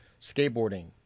skateboarding